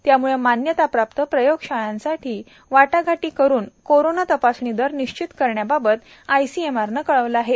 त्याम्ळे मान्यताप्राप्त प्रयोगशाळांशी वाटाघाटी करून कोरोना तपासणी दर निश्चित करण्याबाबत आयसीएमआरने कळविले आहे